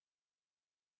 not yet